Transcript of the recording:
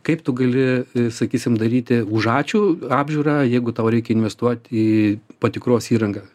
kaip tu gali sakysim daryti už ačiū apžiūrą jeigu tau reikia investuot į patikros įrangą